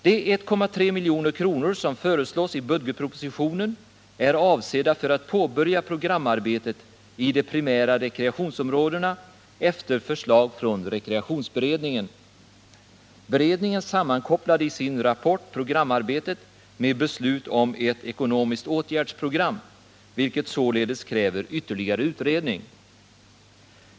De 1,3 milj.kr. som föreslås i budgetpropositionen är avsedda för att påbörja programarbetet i de primära rekreationsområdena efter förslag från rekreationsberedningen. Beredningen sammankopplade i sin rapport programarbetet med beslut om ett ekonomiskt åtgärdsprogram — vilket således kräver ytterligare utredning.